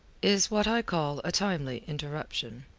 is what i call a timely interruption.